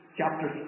chapter